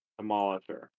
Demolisher